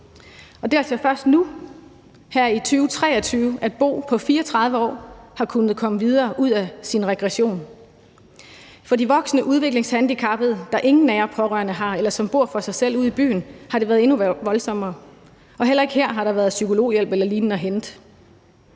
og det er først nu, altså her i 2023, at Bo på 34 år har kunnet komme videre ud af sin regression. For de voksne udviklingshandicappede, der ingen nære pårørende har, eller som bor for sig selv ude i byen, har det været endnu voldsommere, og heller ikke her har der været psykologhjælp eller lignende at hente.